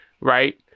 right